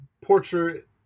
portrait